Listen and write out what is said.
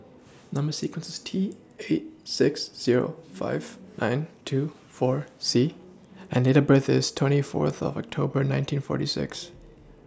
Number sequence IS T eight six Zero five nine two four C and Date of birth IS twenty forth of October nineteen forty six